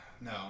No